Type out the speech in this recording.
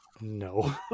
no